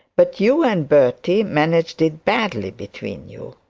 but you and bertie managed it badly between you